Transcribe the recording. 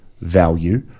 value